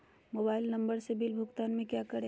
Mobile number से bill भुगतान में क्या करें?